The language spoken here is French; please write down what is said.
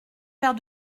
faire